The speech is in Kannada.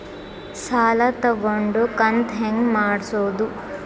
ಸಾಲ ತಗೊಂಡು ಕಂತ ಹೆಂಗ್ ಮಾಡ್ಸೋದು?